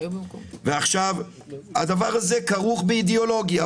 הדבר הזה כרוך באידיאולוגיה,